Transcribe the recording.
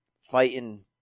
fighting